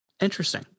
Interesting